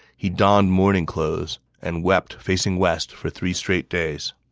he donned mourning clothes and wept facing west for three straight days.